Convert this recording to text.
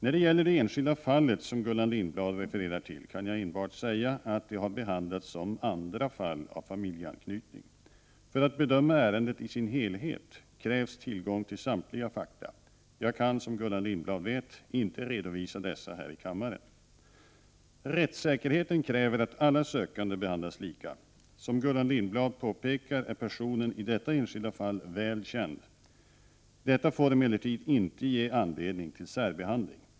När det gäller det enskilda fallet som Gullan Lindblad refererar till, kan jag enbart säga att det har behandlats som andra fall av familjeanknytning. För att bedöma ärendet i sin helhet krävs tillgång till samtliga fakta. Jag kan, som Gullan Lindblad vet, inte redovisa dessa här i kammaren. Rättssäkerheten kräver att alla sökande behandlas lika. Som Gullan Lindblad påpekar är personen i detta enskilda fall välkänd. Detta får emellertid inte ge anledning till särbehandling.